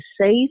safe